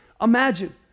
imagine